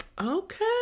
Okay